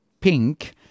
pink